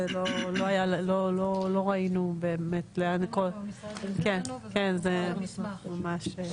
לא ראינו באמת לאן כן זה הולך.